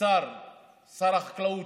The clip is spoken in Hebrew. שר החקלאות,